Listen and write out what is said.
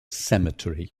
cemetery